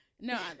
No